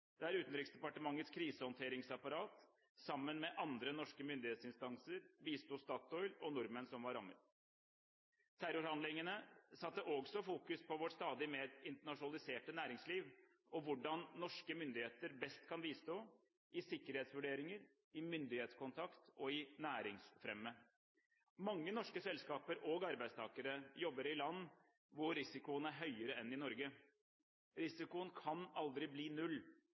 der Utenriksdepartementets krisehåndteringsapparat, sammen med andre norske myndighetsinstanser, bisto Statoil og nordmenn som var rammet. Terrorhandlingen satte fokus på vårt stadig mer internasjonaliserte næringsliv og hvordan norske myndigheter best kan bistå – i sikkerhetsvurderinger, i myndighetskontakt og i næringsfremme. Mange norske selskaper – og arbeidstakere – jobber i land hvor risikoen er høyere enn i Norge. Risikoen kan aldri bli null.